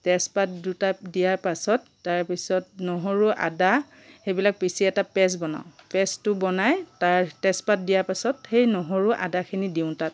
তেজপাত দুটা দিয়াৰ পাছত তাৰপাছত নহৰু আদা সেইবিলাক পিচি এটা পে'ষ্ট বনাও পে'ষ্টটো বনাই তাৰ তেজপাত দিয়াৰ পিছত সেই নহৰু আদাখিনি দিওঁ তাত